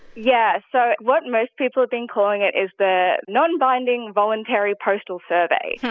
yeah. so what most people have been calling it is the non-binding voluntary postal survey.